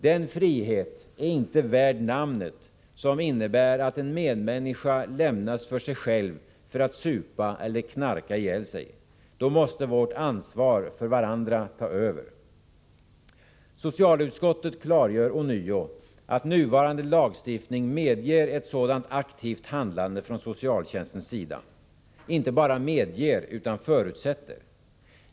Den frihet är inte värd namnet som innebär att en medmänniska lämnas för sig själv för att supa eller knarka ihjäl sig. Då måste vårt ansvar för varandra ta över. Socialutskottet klargör ånyo att nuvarande lagstiftning medger ett sådant aktivt handlande från socialtjänstens sida, inte bara medger utan förutsätter.